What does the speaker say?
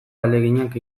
ahaleginak